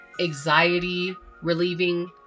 anxiety-relieving